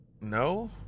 no